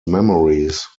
memories